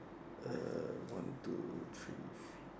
err one two three four